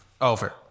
over